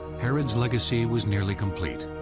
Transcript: herod's legacy was nearly complete.